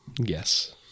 Yes